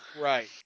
right